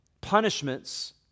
punishments